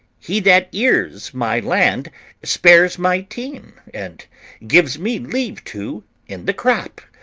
he that ears my land spares my team, and gives me leave to in the crop.